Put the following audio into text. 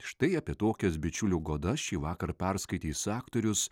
štai apie tokias bičiulių godas šįvakar perskaitys aktorius